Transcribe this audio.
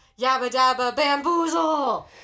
Yabba-dabba-bamboozle